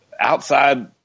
outside